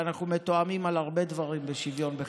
ואנחנו מתואמים על הרבה דברים בשוויון בחינוך.